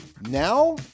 Now